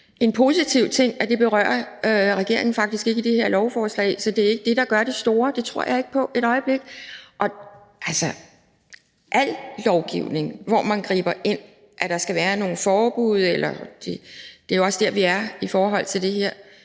en positiv ting, at regeringen faktisk ikke berører det i det her lovforslag. Så det er ikke det, der gør det store; det tror jeg ikke et øjeblik på. Det er klart, at al lovgivning, hvor man griber ind, og hvor der skal være nogle forbud – det er jo også der, vi er i forhold til det her